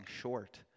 short